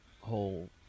whole